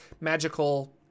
magical